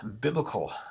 biblical